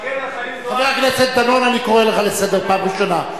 חבר הכנסת דנון, אני קורא לך לסדר פעם ראשונה.